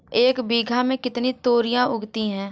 एक बीघा में कितनी तोरियां उगती हैं?